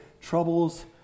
troubles